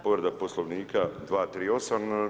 Povreda Poslovnika 238.